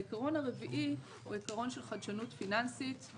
העיקרון הרביעי הוא עיקרון של חדשנות פיננסית.